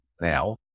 now